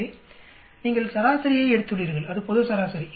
எனவே நீங்கள் சராசரியை எடுத்துள்ளீர்கள் அது பொது சராசரி